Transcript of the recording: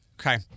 Okay